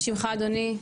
שמך אדוני?